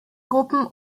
gruppen